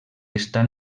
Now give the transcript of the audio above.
estan